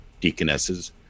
Deaconesses